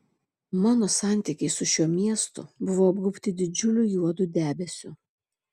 mano santykiai su šiuo miestu buvo apgaubti didžiuliu juodu debesiu